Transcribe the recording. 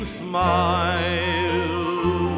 smile